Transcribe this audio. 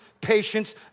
patience